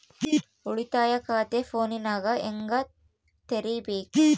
ಉಳಿತಾಯ ಖಾತೆ ಫೋನಿನಾಗ ಹೆಂಗ ತೆರಿಬೇಕು?